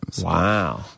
Wow